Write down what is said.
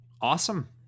Awesome